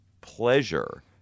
pleasure